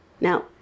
Now